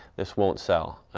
this won't sell.